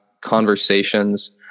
conversations